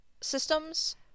systems